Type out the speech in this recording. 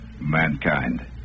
mankind